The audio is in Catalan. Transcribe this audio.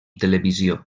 televisió